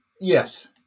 yes